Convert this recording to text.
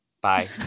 Bye